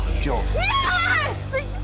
Yes